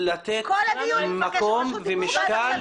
כל הדיון היא מבקשת